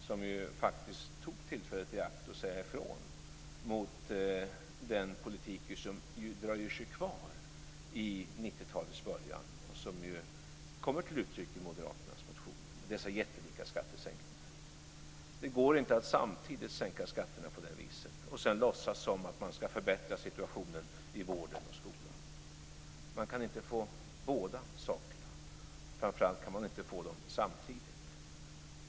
Han tog tillfället i akt att säga ifrån mot de politiker som dröjer sig kvar i 90-talets början och som kommer till uttryck i moderaternas motioner. Det är dessa jättelika skattesänkningar! Det går inte att samtidigt sänka skatterna på det viset och sedan låtsas som att man ska förbättra situationen i vården och skolan. Man kan inte få båda sakerna, och framför allt kan man inte få dem samtidigt.